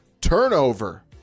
turnover